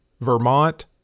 Vermont